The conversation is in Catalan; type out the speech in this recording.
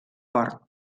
port